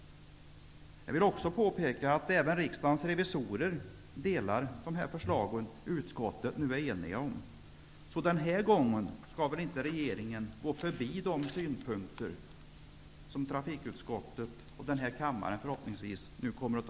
Jag vill också påpeka att även riksdagens revisorer sympatiserar med de förslag som utskottet nu är enigt om. Så denna gång skall väl inte regeringen gå förbi de synpunkter som trafikutskottet och förhoppningsvis denna kammare har.